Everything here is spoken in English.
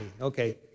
Okay